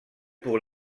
pour